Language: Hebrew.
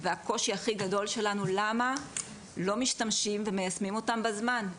והקושי הכי גדול שלנו למה לא משתמשים ומיישמים אותם בזמן.